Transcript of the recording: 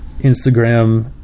Instagram